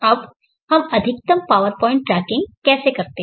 अब हम अधिकतम पावर पॉइंट ट्रैकिंग कैसे करते हैं